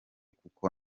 kuko